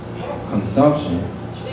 consumption